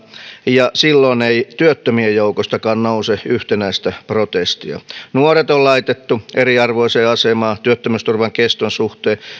ja silloin ei työttömien joukostakaan nouse yhtenäistä protestia nuoret on laitettu eriarvoiseen asemaan työttömyysturvan keston suhteen